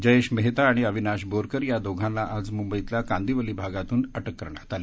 जयेश मेहता आणि अनिनाश बोरकर या दोघांना आज मुंबईतल्या कांदिवली भागातून अटक करण्यात आली